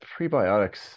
prebiotics